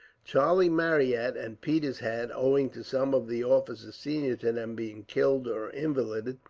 charlie marryat and peters had, owing to some of the officers senior to them being killed or invalided,